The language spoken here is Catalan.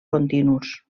continus